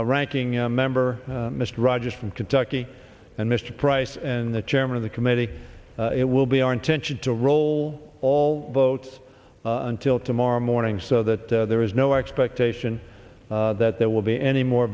e ranking member mr rogers from kentucky and mr price and the chairman of the committee it will be our intention to roll all votes until tomorrow morning so that there is no expectation that there will be any more